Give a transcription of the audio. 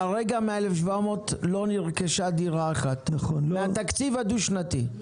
כרגע מה-1,700 לא נרכשה דירה אחת מתקציב הדו שנתי.